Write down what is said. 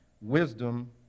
Wisdom